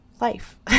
life